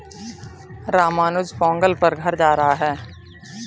रामानुज पोंगल पर घर जा रहा है